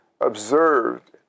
observed